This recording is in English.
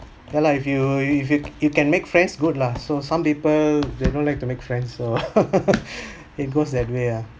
ya lah if you if you can make friends good lah so some people they don't like to make friends so it goes that way ah